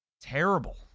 Terrible